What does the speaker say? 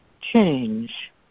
change